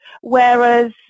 whereas